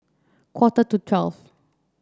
quarter to twelve